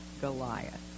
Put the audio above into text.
goliath